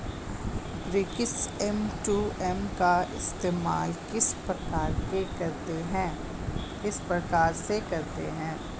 Brokers M two M का इस्तेमाल किस प्रकार से करते हैं?